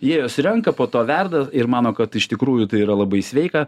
jie juos renka po to verda ir mano kad iš tikrųjų tai yra labai sveika